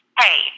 hey